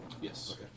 yes